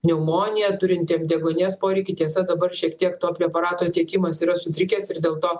pneumonija turintiem deguonies poreikį tiesa dabar šiek tiek to preparato tiekimas yra sutrikęs ir dėl to